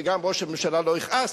וגם ראש הממשלה לא יכעס,